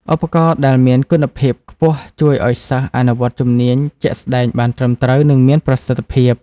ឧបករណ៍ដែលមានគុណភាពខ្ពស់ជួយឱ្យសិស្សអនុវត្តជំនាញជាក់ស្តែងបានត្រឹមត្រូវ និងមានប្រសិទ្ធភាព។